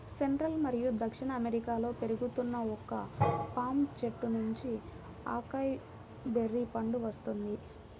central మరియు దక్షిణ అమెరికాలో పెరుగుతున్న ఒక పామ్ చెట్టు నుండి అకాయ్ బెర్రీ పండు వస్తుంది